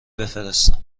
بفرستم